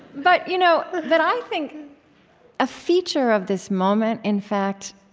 but you know but i think a feature of this moment, in fact,